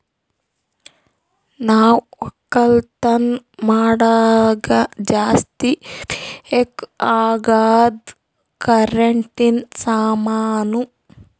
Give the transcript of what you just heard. ನಾವ್ ಒಕ್ಕಲತನ್ ಮಾಡಾಗ ಜಾಸ್ತಿ ಬೇಕ್ ಅಗಾದ್ ಕರೆಂಟಿನ ಸಾಮಾನು